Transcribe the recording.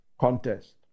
contest